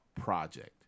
project